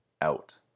out